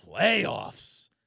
playoffs